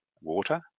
Water